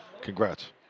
Congrats